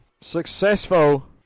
Successful